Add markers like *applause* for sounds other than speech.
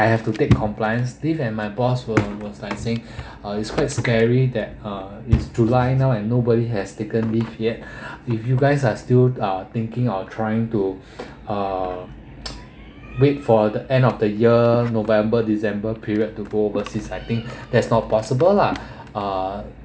I have to take compliance leave and my boss was was like saying uh it's quite scary that uh it's july now and nobody has taken leave yet if you guys are still uh thinking of trying to uh wait *noise* for the end of the year november december period to go overseas I think that's not possible lah uh